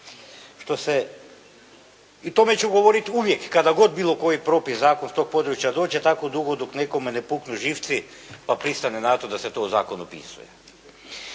o tome ću govoriti uvijek kada god bilo koji propis, zakon s tog područja dođe tako dugo dok nekome ne puknu živci pa pristane na to da se to u zakon upisuje.